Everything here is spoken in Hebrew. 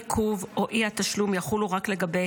העיכוב או האי-תשלום יחולו רק לגבי